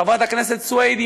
חברת הכנסת סויד,